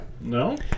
No